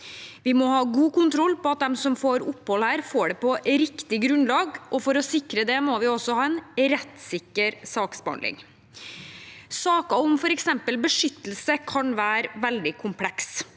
Vi må ha god kontroll på at de som får opphold her, får det på riktig grunnlag, og for å sikre det må vi også ha en rettssikker saksbehandling. Saker om f.eks. beskyttelse kan være veldig komplekse.